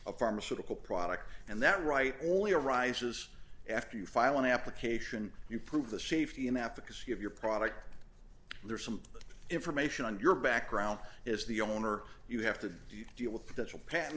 a pharmaceutical product and that right only arises after you file an application you prove the safety and efficacy of your product there is some information on your background is the owner you have to deal with potential pat